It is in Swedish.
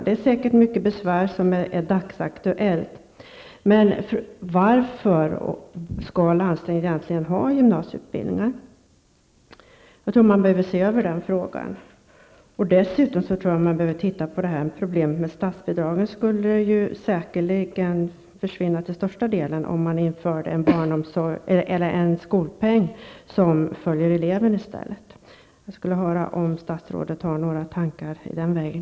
Det är säkert många av besvären som är dagsaktuella, men varför skall landstingen egentligen ha gymnasieutbildningar? Jag tror att man behöver se över den saken. Dessutom tror jag att man behöver titta närmare på problemet med statsbidragen. Det skulle säkerligen till största delen försvinna om man införde en skolpeng som i stället följde eleven. Jag skulle vilja höra om statsrådet har några tankar i den vägen.